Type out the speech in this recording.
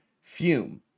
Fume